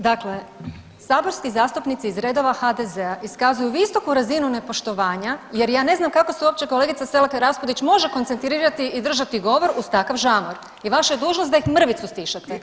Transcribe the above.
Dakle, saborski zastupnici iz redova HDZ-a iskazuju visoku razinu nepoštovanja jer ja ne znam kako se uopće kolegica Selak Raspudić može koncentrirati i držati govor uz takav žamor i vaša je dužnost da ih mrvicu stišate.